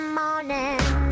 morning